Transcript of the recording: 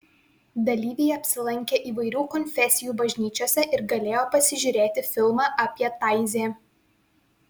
dalyviai apsilankė įvairių konfesijų bažnyčiose ir galėjo pasižiūrėti filmą apie taizė